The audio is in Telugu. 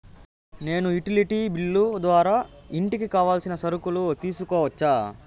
నేను యుటిలిటీ బిల్లు ద్వారా ఇంటికి కావాల్సిన సరుకులు తీసుకోవచ్చా?